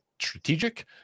strategic